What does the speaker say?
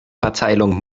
verteilung